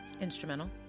instrumental